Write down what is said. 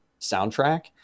soundtrack